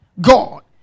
God